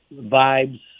vibes